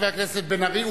חבר הכנסת בן-ארי,